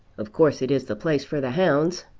of course it is the place for the hounds.